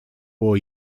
war